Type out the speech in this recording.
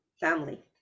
family